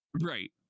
Right